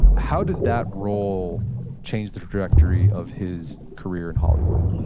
how did that role change the trajectory of his career in hollywood?